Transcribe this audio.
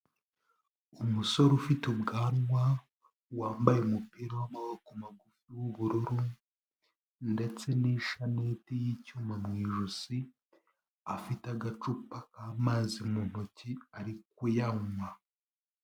Umusore ufite ubwanwa, wambaye umupira w'amaboko magufi w'ubururu ndetse n'ishanete y'icyuma mu ijosi, afite agacupa k'amazi mu ntoki, ari kuyanywa.